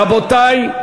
רבותי,